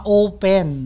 open